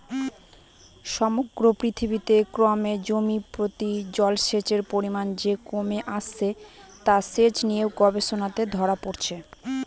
সমগ্র পৃথিবীতে ক্রমে জমিপ্রতি জলসেচের পরিমান যে কমে আসছে তা সেচ নিয়ে গবেষণাতে ধরা পড়েছে